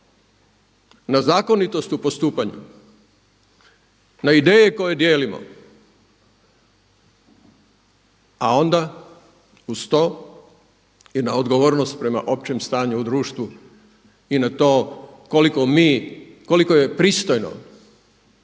na zakonitost u postupanju, na ideje koje dijelimo a onda uz to je na odgovornost prema općem stanju u društvu i na to koliko mi,